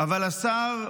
אבל השר,